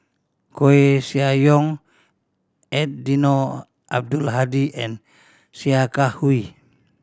Koeh Sia Yong Eddino Abdul Hadi and Sia Kah Hui